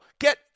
get